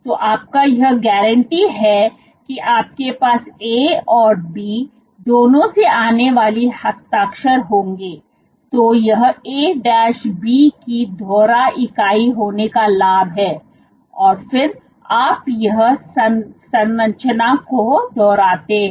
तो आपको यह गारंटी है कि आपके पास A और B दोनों से आने वाले हस्ताक्षर होंगेतो यह A B की दोहरा इकाई होने का लाभ है और फिर आप यह संरचना को दोहराते हैं